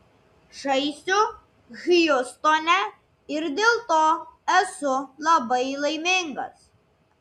žaisiu hjustone ir dėl to esu labai laimingas